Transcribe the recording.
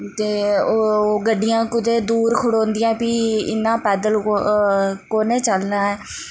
ते ओह् गड्डियां कुतै दूर खड़ोदियां फ्ही इन्ना पैदल कु'न्नै चलना ऐ